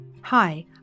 Hi